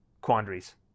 quandaries